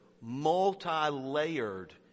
multi-layered